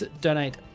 donate